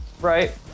Right